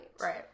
Right